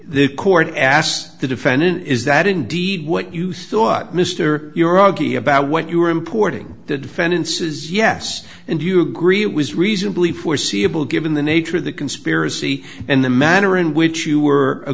the court asked the defendant is that indeed what you thought mr you're augie about what you were importing the defendant says yes and you agree it was reasonably foreseeable given the nature of the conspiracy and the manner in which you were a